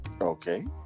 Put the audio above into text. Okay